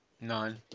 None